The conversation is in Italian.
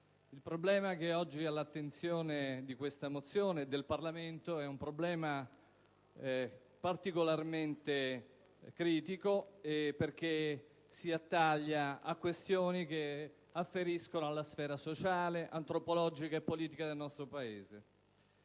il problema che oggi è posto all'attenzione del Senato è particolarmente critico perché si attaglia a questioni che afferiscono alla sfera sociale, antropologica e politica del nostro Paese.